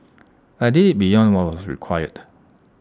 I did IT beyond what was required